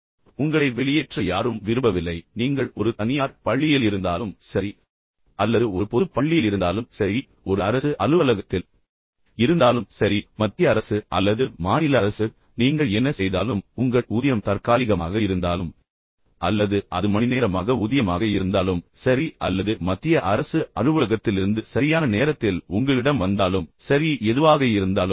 உங்களை வெளியேற்ற யாரும் விரும்பவில்லை நீங்கள் ஒரு தனியார் பள்ளியில் இருந்தாலும் சரி அல்லது நீங்கள் ஒரு பொதுப் பள்ளியில் இருந்தாலும் சரி நீங்கள் ஒரு அரசு அலுவலகத்தில் இருந்தாலும் சரி மத்திய அரசு அல்லது மாநில அரசு நீங்கள் என்ன செய்தாலும் உங்கள் ஊதியம் தற்காலிகமாக இருந்தாலும் அல்லது அது மணிநேரமாக ஊதியமாக இருந்தாலும் சரி அல்லது மத்திய அரசு அலுவலகத்திலிருந்து சரியான நேரத்தில் உங்களிடம் வந்தாலும் சரி எதுவாக இருந்தாலும் சரி